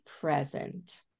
present